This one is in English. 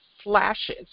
flashes